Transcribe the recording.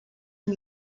amb